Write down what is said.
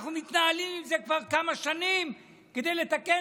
אנחנו מתנהלים עם זה כבר כמה שנים כדי לתקן